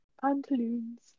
Pantaloons